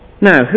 Now